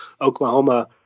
Oklahoma